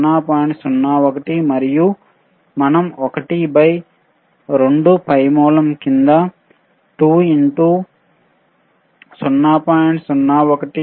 01 మరియు మనం 1 బై 2 పై మూలం కింద 2 0